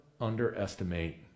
underestimate